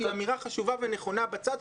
שהיא אמירה חשובה ונכונה בצד,